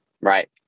Right